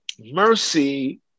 mercy